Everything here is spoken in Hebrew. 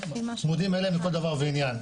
צמודים אליהם בכל דבר ועניין.